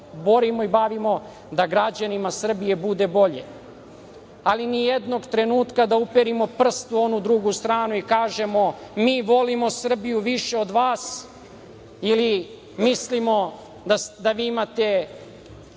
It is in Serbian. borimo i bavimo da građanima Srbije bude bolje, ali ni jednog trenutka da uperimo prst u onu drugu stranu i kažemo – mi volimo Srbiju više od vas ili mislimo da vi imate